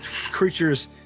creatures